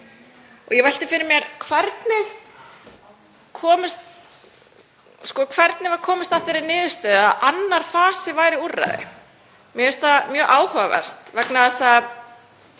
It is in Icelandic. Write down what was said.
Ég velti fyrir mér hvernig komist var að þeirri niðurstöðu að annar fasi væri úrræði. Mér finnst það mjög áhugavert vegna þess að